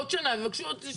עוד שנה, יבקשו עוד שנה.